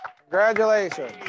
Congratulations